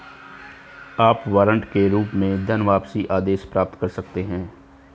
आप वारंट के रूप में धनवापसी आदेश प्राप्त कर सकते हैं